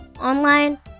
online